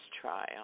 trial